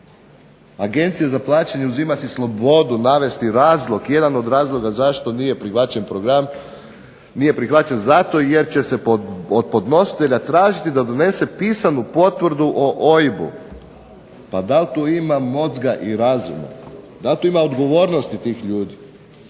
Agencija za plaćanje uzima si slobodu navesti razlog, jedan od razloga zašto nije prihvaćen program nije prihvaćen zato jer će se od podnositelja tražiti da donese pisanu potvrdu o OIB-u. Pa dal' tu ima mozga i razuma? Dal' tu ima odgovornosti tih ljudi?